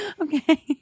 okay